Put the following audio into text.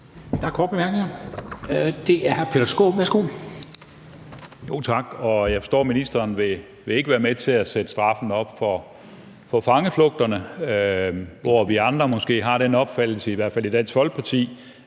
Peter Skaarup. Værsgo. Kl. 14:15 Peter Skaarup (DF): Tak. Jeg forstår, at ministeren ikke vil være med til at sætte straffen op for fangeflugter, hvor vi andre måske har den opfattelse, i hvert fald i Dansk Folkeparti,